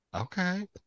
Okay